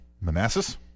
Manassas